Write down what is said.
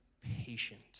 patient